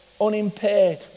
unimpaired